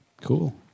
Cool